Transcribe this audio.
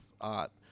art